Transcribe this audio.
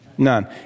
None